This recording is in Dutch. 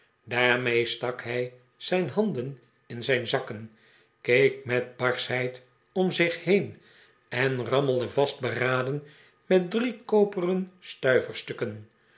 daarmee sta k hij zijn handen in zijh zakken keek met barschheid om zich heen en rammelde vastberaden met drie koperen